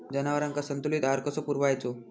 जनावरांका संतुलित आहार कसो पुरवायचो?